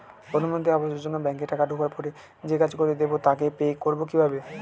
প্রধানমন্ত্রী আবাস যোজনার টাকা ব্যাংকে ঢোকার পরে যে কাজ করে দেবে তাকে পে করব কিভাবে?